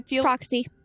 Proxy